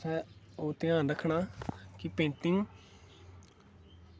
ओह् ध्यान रक्खना कि पेंटिंग